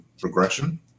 progression